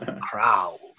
crowd